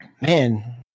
man